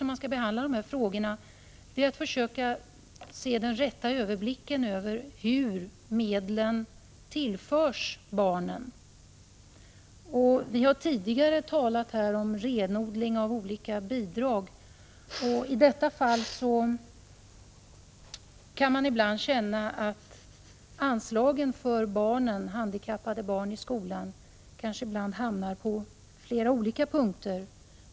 När man behandlar dessa frågor är det svårt att skaffa sig en riktig överblick över hur medlen tillförs barnen. Vi har tidigare här i dag talat om renodling av olika bidrag. I detta fall får man en känsla av att anslagen för handikappade barn i skolan ibland kanske tas upp under flera olika punkter.